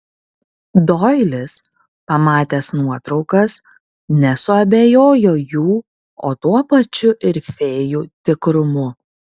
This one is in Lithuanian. doilis pamatęs nuotraukas nesuabejojo jų o tuo pačiu ir fėjų tikrumu